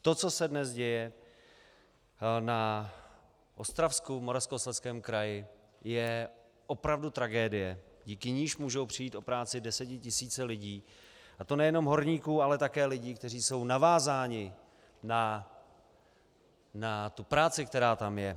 To, co se dnes děje na Ostravsku, v Moravskoslezském kraji, je opravdu tragédie, díky níž můžou přijít o práci desetitisíce lidí, a to nejenom horníků, ale také lidí, kteří jsou navázáni na práci, která tam je.